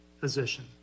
position